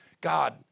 God